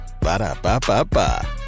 Ba-da-ba-ba-ba